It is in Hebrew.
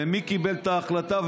ומי קיבל את ההחלטה,